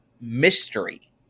mystery